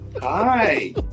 Hi